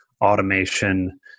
automation